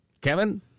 Kevin